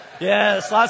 Yes